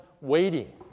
waiting